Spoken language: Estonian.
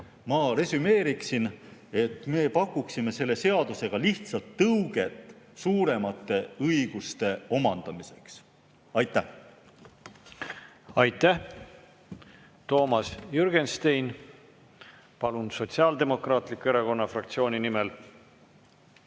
Ma resümeeriksin, et selle seaduseelnõuga me pakume lihtsalt tõuget suuremate õiguste omandamiseks. Aitäh! Aitäh! Toomas Jürgenstein, palun, Sotsiaaldemokraatliku Erakonna fraktsiooni nimel!